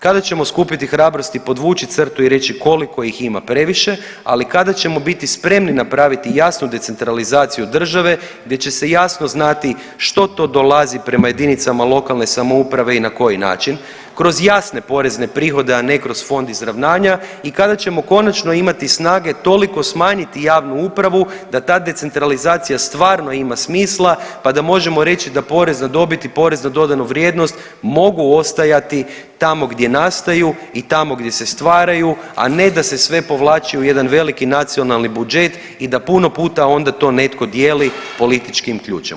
Kada ćemo skupiti hrabrosti i podvući crtu i reći koliko ih ima previše, ali kada ćemo biti spremni napraviti jasnu decentralizaciju države gdje će se jasno znati što to dolazi prema jedinicama lokalne samouprave i na koji način, kroz jasne porezne prihode, a ne kroz Fond izravnanja i kada ćemo konačno imati snage toliko smanjiti javnu upravu da ta decentralizacija stvarno ima smisla pa da možemo reći da porez na dobit i porez na dodanu vrijednost mogu ostajati tamo gdje nastaju i tamo gdje se stvaraju, a ne da se sve povlači u jedan veliki nacionalni budžet i da puno puta onda to netko dijeli političkim ključem.